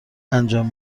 انجام